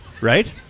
Right